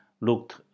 looked